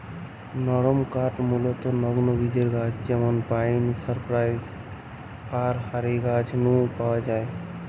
নরমকাঠ মূলতঃ নগ্নবীজের গাছ যেমন পাইন, সাইপ্রাস, ফার হারি গাছ নু পাওয়া যায়